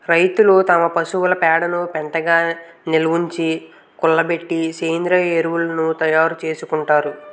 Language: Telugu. రైతులు తమ పశువుల పేడను పెంటగా నిలవుంచి, కుళ్ళబెట్టి సేంద్రీయ ఎరువును తయారు చేసుకుంటారు